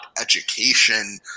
education